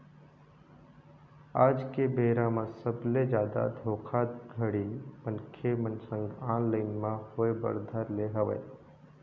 आज के बेरा म सबले जादा धोखाघड़ी मनखे मन संग ऑनलाइन म होय बर धर ले हवय